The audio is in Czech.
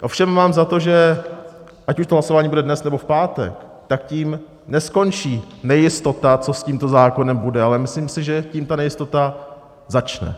Ovšem mám za to, ať už to hlasování bude dnes, nebo v pátek, tak tím neskončí nejistota, co s tímto zákonem bude, ale myslím si, že tím ta nejistota začne.